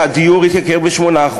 והדיור התייקר ב-8%.